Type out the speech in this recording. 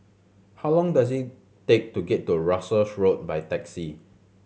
how long does it take to get to Russels Road by taxi